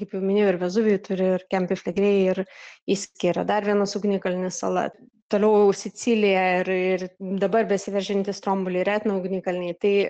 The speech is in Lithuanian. kaip jau minėjau ir vezuvijų turi ir kempi flegrei ir išskiria dar vienas ugnikalnis sala toliau sicilija ir ir dabar besiveržiantys stromboli ir etno ugnikalniai tai